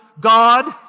God